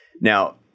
Now